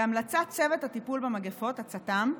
בהמלצה צוות הטיפול במגפות, הצט"מ,